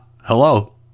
hello